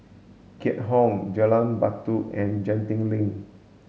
Keat Hong Jalan Batu and Genting Link